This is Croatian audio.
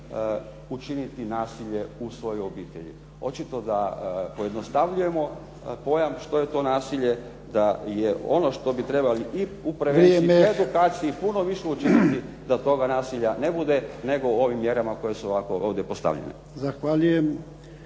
učiniti nasilje u svojoj obitelji. Očito da pojednostavljujemo pojam što je to nasilje, da je ono što bi trebali i u prevenciji i edukaciji puno više učiniti da toga nasilja ne bude, nego ovim mjerama koje su ovako ovdje postavljene.